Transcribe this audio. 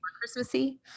Christmassy